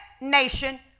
nation